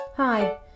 Hi